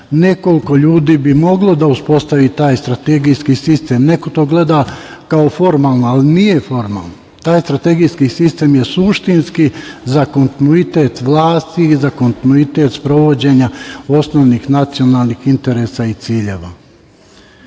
nekoliko ljudi bi moglo da uspostavi taj strategijski sistem, neko to gleda kao formalno, ali nije formalno taj strategijski sistem je suštinski za kontinuitet vlasti i za kontinuitet sprovođenja osnovnih, nacionalnih interesa i ciljeva. Ne